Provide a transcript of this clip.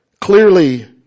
Clearly